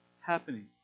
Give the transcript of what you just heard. happening